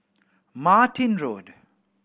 Martin Road